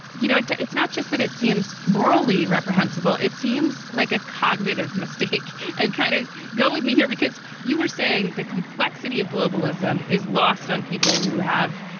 you know, it it's not just that it seems morally reprehensible. it seems like a cognitive mistake and kind of go with me here, because you were saying the complexity of globalism is lost on people who have.